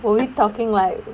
were we talking like